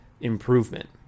improvement